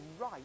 right